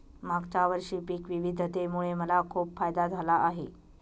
मागच्या वर्षी पिक विविधतेमुळे मला खूप फायदा झाला आहे